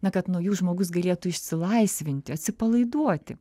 na kad nuo jų žmogus galėtų išsilaisvinti atsipalaiduoti